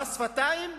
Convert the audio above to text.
במס שפתיים.